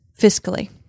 fiscally